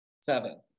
seven